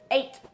Eight